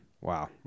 Wow